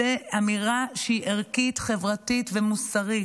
זו אמירה שהיא ערכית, חברתית ומוסרית,